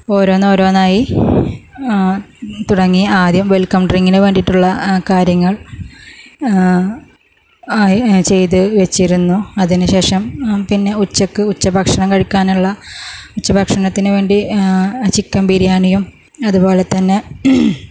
ഓരോന്നോരോന്നായി തുടങ്ങി ആദ്യം വെൽക്കം ഡ്രിങ്കിന് വേണ്ടിയിട്ടുള്ള കാര്യങ്ങൾ ആയി ചെയ്ത് വെച്ചിരുന്നു അതിന് ശേഷം പിന്നെ ഉച്ചക്ക് ഉച്ച ഭക്ഷണം കഴിക്കാനുള്ള ഉച്ച ഭക്ഷണത്തിന് വേണ്ടി ചിക്കൻ ബിരിയാണിയും അതുപോലെ തന്നെ